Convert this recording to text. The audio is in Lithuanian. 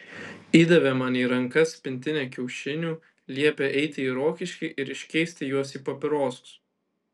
įdavė man į rankas pintinę kiaušinių liepė eiti į rokiškį ir iškeisti juos į papirosus